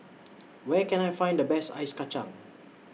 Where Can I Find The Best Ice Kachang